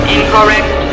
Incorrect